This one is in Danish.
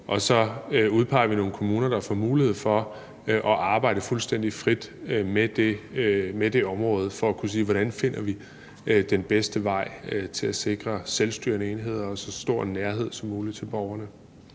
og så udpeger vi nogle kommuner, der får mulighed for at arbejde fuldstændig frit med det område, for at se, hvordan man finder den bedste vej til at sikre selvstyrende enheder og så stor en nærhed som muligt til borgerne.